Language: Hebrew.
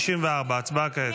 564, הצבעה כעת.